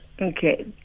okay